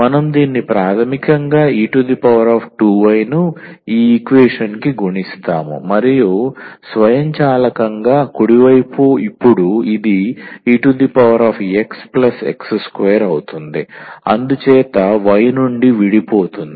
మనం దీన్ని ప్రాథమికంగా 𝑒2𝑦 ను ఈ ఈక్వేషన్ కి గుణిస్తాము మరియు స్వయంచాలకంగా కుడి వైపు ఇప్పుడు ఇది e𝑥 𝑥2 అవుతుంది అందుచేత y నుండి విడిపోతుంది